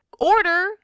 order